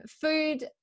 food